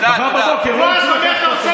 מחר בבוקר לא ירצו לקחת